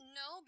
no